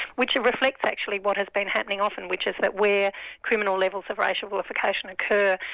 which reflects actually what has been happening often, which is that where criminal levels of racial vilification occur,